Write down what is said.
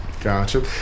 Gotcha